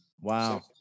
Wow